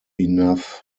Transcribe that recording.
enough